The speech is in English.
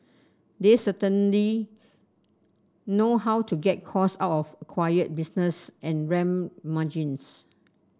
they certainly know how to get costs out of acquired business and ramp margins